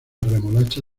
remolacha